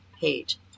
page